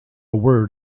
word